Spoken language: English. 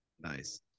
Nice